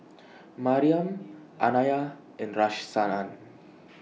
Mariam Anaya and Rahsaan